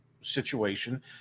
situation